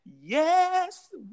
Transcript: yes